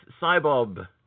Cybob